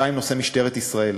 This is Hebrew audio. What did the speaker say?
2. נושא משטרת ישראל.